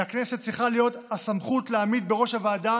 לכנסת צריכה להיות הסמכות להעמיד בראש הוועדה